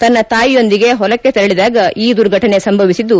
ತನ್ನ ತಾಯಿಯೊಂದಿಗೆ ಹೊಲಕ್ಷೆ ತೆರಳಿದಾಗ ಈ ದುರ್ಘಟನೆ ಸಂಭವಿಸಿದ್ದು